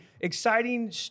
exciting